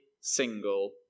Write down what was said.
single